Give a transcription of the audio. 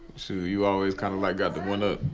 shoot, you always kinda, like, got the one-up.